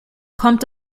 kommt